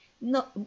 No